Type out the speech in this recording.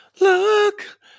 Look